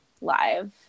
live